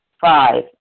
Five